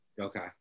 Okay